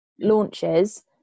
launches